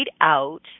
out